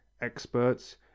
experts